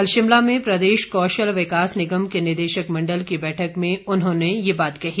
कल शिमला में प्रदेश कौशल विकास निगम के निदेशक मंडल की बैठक में उन्होंने ये बात कही